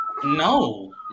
No